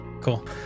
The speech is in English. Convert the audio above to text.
cool